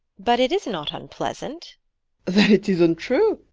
but it is not unpleasant. then it isn't true!